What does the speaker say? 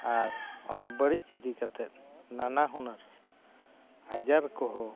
ᱟᱨ ᱚᱱᱟ ᱵᱟᱹᱲᱤᱡ ᱤᱫᱤ ᱠᱟᱛᱮᱫ ᱱᱟᱱᱟ ᱦᱩᱱᱟᱹᱨ ᱟᱡᱟᱨ ᱠᱚᱦᱚᱸ